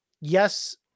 yes